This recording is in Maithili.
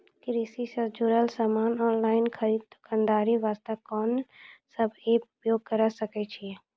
कृषि से जुड़ल समान ऑनलाइन खरीद दुकानदारी वास्ते कोंन सब एप्प उपयोग करें सकय छियै?